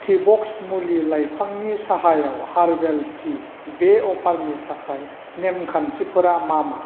टिब'क्स मुलि लाइफांनि साहायाव हारबेल टि बे अफारनि थाखाय नेमखान्थिफोरा मा मा